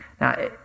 Now